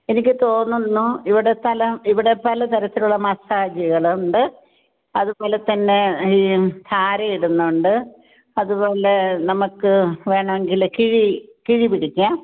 എനിക്ക് തോന്നുന്നു ഇവിടെ പല ഇവിടെ പലതരത്തിലുള്ള മസാജുകൾ ണ്ട് അതുപോലെത്തന്നെ ഈ ധാരയിടുന്നുണ്ട് അത് പോലെ നമുക്ക് വേണമെങ്കിൽ കിഴി കിഴി പിടിക്കാം